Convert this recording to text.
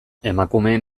emakumeen